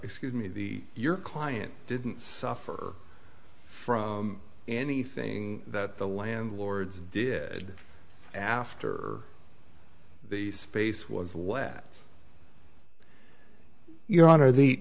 excuse me the your client didn't suffer from anything that the landlords did after the space was let your honor the